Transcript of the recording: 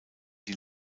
die